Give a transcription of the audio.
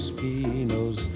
pinos